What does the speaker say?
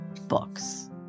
books